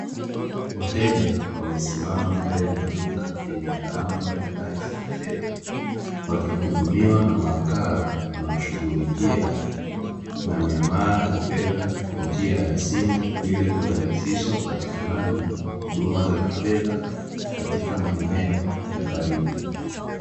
Wateja wamesimama mbele ya maduka, yenye alama mbalimbali za kifedha, wakihudumiwa na mawakala wanaoshughulikia na miamala ya fedha kwa njia ya simu, ili kurahisisha upatikanaji wa huduma za kifedha katika maeneo ya karibu.